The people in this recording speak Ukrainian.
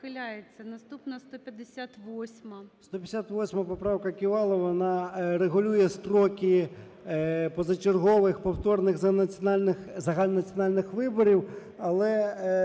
158 поправка Ківалова. Вона регулює строки позачергових повторних загальнонаціональних виборів. Але